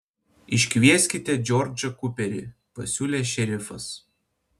išsikvieskite džordžą kuperį pasiūlė šerifas